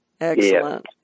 Excellent